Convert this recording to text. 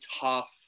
tough